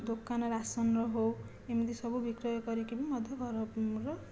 ଦୋକାନ ରାସନର ହେଉ ଏମିତି ସବୁ ବିକ୍ରୟ କରିକି ବି ମଧ୍ୟ ଘରର